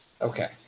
Okay